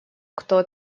кто